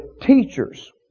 teachers